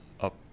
up